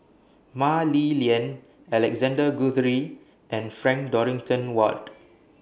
Mah Li Lian Alexander Guthrie and Frank Dorrington Ward